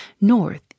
north